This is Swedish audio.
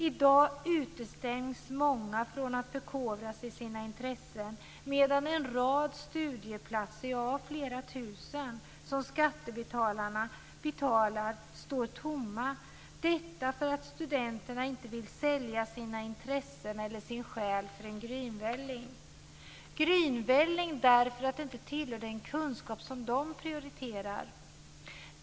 I dag utestängs många från att förkovra sig vag gäller egna intressen, medan en rad studieplatser, ja, flera tusen, som skattebetalarna betalar för står tomma; detta därför att studenterna inte vill sälja sina intressen eller sin själ för en grynvälling - grynvälling därför att det inte tillhör den kunskap som de prioriterar.